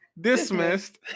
dismissed